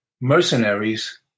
mercenaries